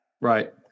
Right